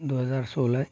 दो हज़ार सोलह